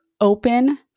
open